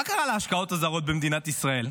מה קרה להשקעות הזרות במדינת ישראל?